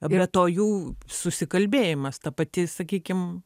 be to jų susikalbėjimas ta pati sakykim